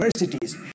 universities